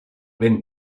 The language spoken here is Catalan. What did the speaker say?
ben